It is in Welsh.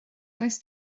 does